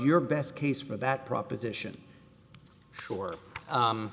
your best case for that proposition sure